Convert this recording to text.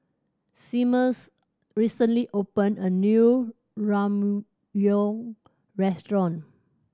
Seamus recently opened a new Ramyeon Restaurant